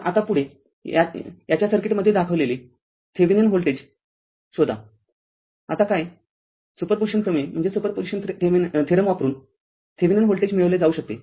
तरआता पुढे याच्या सर्किटमध्ये दाखविलेले थेविनिन व्होल्टेज शोधा आता काय सुपर पुजिशन प्रमेय वापरून थेविनिन व्होल्टेज मिळविले जाऊ शकते